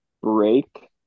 break